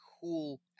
cool